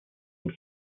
und